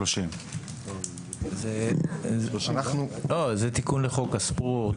זה תיקון לחוק הספורט.